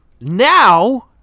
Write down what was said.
Now